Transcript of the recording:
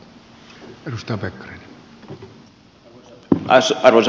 arvoisa puhemies